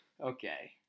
Okay